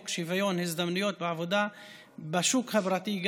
שוויון הזדמנויות בעבודה גם בשוק הפרטי,